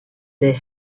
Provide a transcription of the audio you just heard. they